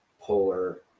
polar